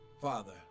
Father